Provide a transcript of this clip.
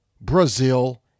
Brazil